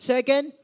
Second